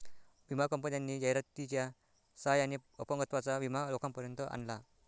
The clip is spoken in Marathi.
विमा कंपन्यांनी जाहिरातीच्या सहाय्याने अपंगत्वाचा विमा लोकांपर्यंत आणला